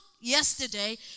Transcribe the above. yesterday